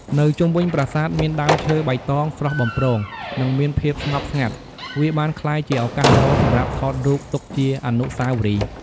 នៅជុំវិញប្រាសាទមានដើមឈើបៃតង ស្រស់បំព្រង និង មានភាពស្ងប់ស្ងាត់ វាបានក្លាយជាឱកាសល្អសម្រាប់ថតរូបទុកជាអនុស្សាវរីយ៍។